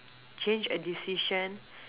change a decision